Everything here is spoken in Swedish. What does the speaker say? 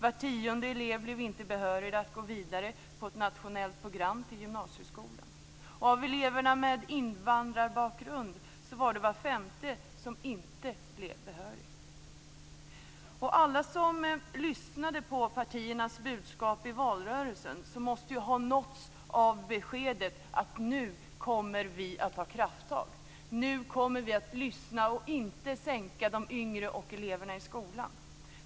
Var tionde elev var inte behörig att gå vidare till ett nationellt program i gymnasieskolan. Av eleverna med invandrarbakgrund var det var femte som inte blev behörig. Alla som lyssnade på partiernas budskap i valrörelsen måste ha nåtts av beskeden att vi nu kommer att ta krafttag, att vi nu kommer att lyssna och att vi inte kommer att sänka eleverna i skolan.